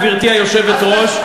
גברתי היושבת-ראש,